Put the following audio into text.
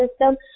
system